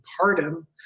pardon